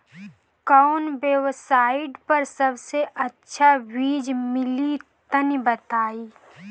कवन वेबसाइट पर सबसे अच्छा बीज मिली तनि बताई?